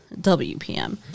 WPM